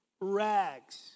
rags